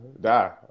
die